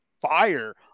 fire